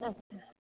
अछा